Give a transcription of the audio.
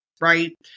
right